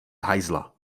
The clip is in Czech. hajzla